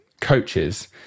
coaches